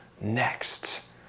next